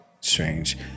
strange